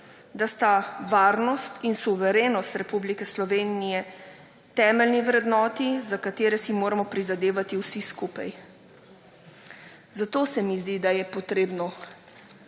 da sta varnost in suverenost Republike Slovenije temeljni vrednoti, za kateri si moramo prizadevati vsi skupaj. Zato se mi zdi, da je treba